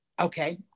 Okay